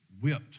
whipped